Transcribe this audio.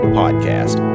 podcast